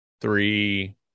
Three